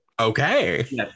Okay